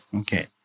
Okay